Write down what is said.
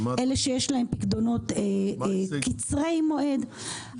אלה שיש להם פיקדונות קצרי מועד.